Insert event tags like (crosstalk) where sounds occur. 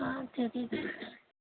(unintelligible)